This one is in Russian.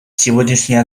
сегодняшние